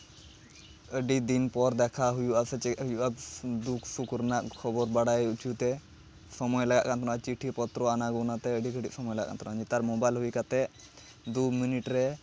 ᱟᱹᱰᱤ ᱫᱤᱱ ᱯᱚᱨ ᱫᱮᱠᱷᱟ ᱦᱩᱭᱩᱜᱼᱟ ᱥᱮ ᱪᱮᱫ ᱦᱩᱭᱩᱜᱼᱟ ᱫᱩᱠ ᱥᱩᱠᱷ ᱨᱮᱱᱟᱜ ᱠᱷᱚᱵᱚᱨ ᱵᱟᱲᱟᱭ ᱦᱚᱪᱚᱛᱮ ᱥᱚᱢᱚᱭ ᱞᱟᱜᱟᱜ ᱠᱟᱱ ᱛᱟᱦᱮᱱᱟ ᱪᱤᱴᱷᱤ ᱯᱚᱛᱨᱚ ᱟᱱᱟ ᱜᱳᱱᱟᱛᱮ ᱟᱹᱰᱤ ᱜᱷᱟᱹᱲᱤᱡ ᱥᱚᱢᱚᱭ ᱞᱟᱜᱟᱜ ᱠᱟᱱ ᱛᱟᱦᱮᱱᱟ ᱱᱮᱛᱟᱨ ᱢᱳᱵᱟᱭᱤᱞ ᱦᱩᱭ ᱠᱟᱛᱮᱫ ᱫᱩ ᱢᱤᱱᱤᱴ ᱨᱮ